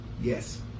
yes